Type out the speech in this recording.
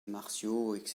martiaux